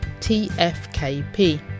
TFKP